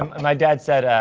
um and my dad said,